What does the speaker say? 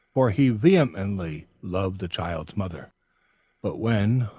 for he vehemently loved the child's mother but when,